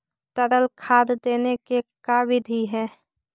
तरल खाद देने के का बिधि है?